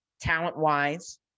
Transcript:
talent-wise